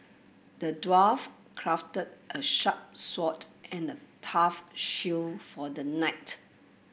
the dwarf crafted a sharp sword and a tough shield for the knight